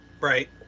Right